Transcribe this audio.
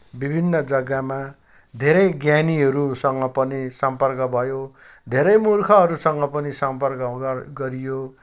विभिन्न जग्गामा धेरै ज्ञानीहरूसँग पनि सम्पर्क भयो धेरै मूर्खहरूसँग पनि सम्पर्क गरियो